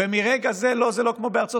כמו בארצות